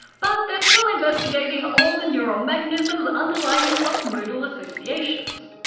but they're still investigating all the neural mechanisms underlying crossmodal associations.